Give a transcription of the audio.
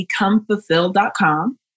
becomefulfilled.com